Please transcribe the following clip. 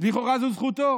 לכאורה זו זכותו.